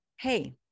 Hey